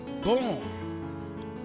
born